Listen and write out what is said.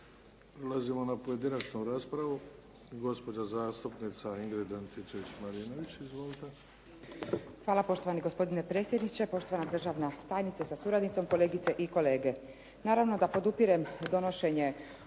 Prelazimo na pojedinačnu raspravu. Gospođa zastupnica Ingrid Antičević Marinović. Izvolite. **Antičević Marinović, Ingrid (SDP)** Hvala. Poštovani gospodine predsjedniče, poštovana državna tajnice sa suradnicom, kolegice i kolege. Naravno da podupirem donošenje